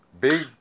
Big